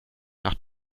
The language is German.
nach